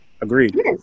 Agreed